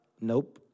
nope